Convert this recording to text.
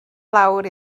lawr